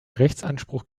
rechtsanspruch